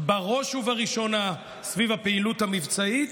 בראש ובראשונה סביב הפעילות המבצעית.